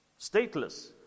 Stateless